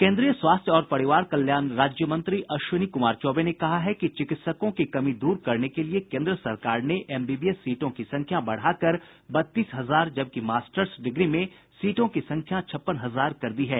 केन्द्रीय स्वास्थ्य और परिवार कल्याण राज्य मंत्री अश्विनी कुमार चौबे ने कहा है कि चिकित्सकों की कमी दूर करने के लिए केन्द्र सरकार ने एमबीबीएस सीटों की संख्या बढ़ा कर बत्तीस हजार जबकि मास्टर्स डिग्री में सीटों की संख्या छप्पन हजार कर दी है